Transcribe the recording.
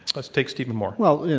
let's take stephen moore. well,